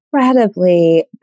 incredibly